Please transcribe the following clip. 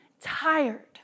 tired